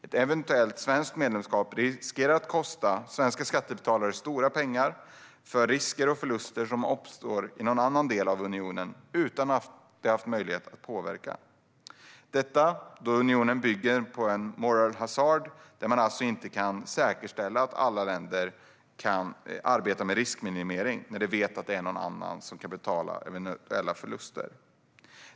Ett eventuellt medlemskap riskerar att kosta svenska skattebetalare stora pengar för risker och förluster som uppstår i någon annan del av unionen utan att de har haft möjligheten att påverka det - detta då unionen bygger på en moral hazard, alltså att man inte kan säkerställa att alla länder arbetar med riskminimering när de vet att någon annan kan betala eventuella förluster.